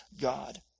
God